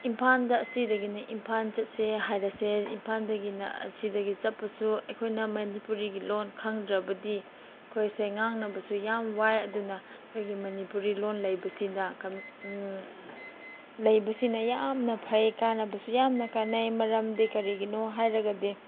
ꯏꯝꯐꯥꯜꯗ ꯑꯁꯤꯗꯒꯤꯅ ꯏꯝꯐꯥꯜ ꯆꯠꯁꯦ ꯍꯥꯏꯔꯁꯦ ꯏꯝꯐꯥꯜꯗꯒꯤꯅ ꯑꯁꯤꯗꯒꯤ ꯆꯠꯄꯁꯨ ꯑꯩꯈꯣꯏꯅ ꯃꯅꯤꯄꯨꯔꯤꯒꯤ ꯂꯣꯟ ꯈꯪꯗ꯭ꯔꯕꯗꯤ ꯑꯩꯈꯣꯏꯁꯦ ꯉꯥꯡꯅꯕꯁꯨ ꯌꯥꯝ ꯋꯥꯏ ꯑꯗꯨꯅ ꯑꯩꯈꯣꯏꯒꯤ ꯃꯅꯤꯄꯨꯔꯤ ꯂꯣꯟ ꯂꯩꯕꯁꯤꯅ ꯂꯩꯕꯁꯤꯅ ꯌꯥꯝꯅ ꯐꯩ ꯀꯥꯟꯅꯕꯁꯨ ꯌꯥꯝꯅ ꯀꯥꯟꯅꯩ ꯃꯔꯝꯗꯤ ꯀꯔꯤꯒꯤꯅꯣ ꯍꯥꯏꯔꯒꯗꯤ